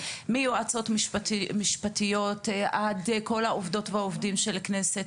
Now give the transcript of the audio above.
מיועצות משפטיות ועד כל העובדות והעובדים של הכנסת,